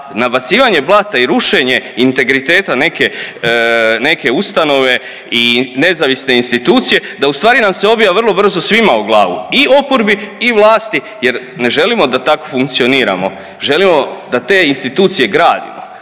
nabacivanje blata i rušenje integriteta neke, neke ustanove i nezavisne institucije da ustvari nam se obija vrlo brzo svima u glavu i oporbi i vlasti jer ne želimo da tako funkcioniramo. Želimo da te institucije gradimo,